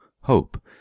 Hope